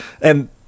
And-